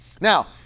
Now